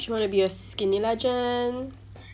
Do you wanna be a skinny legend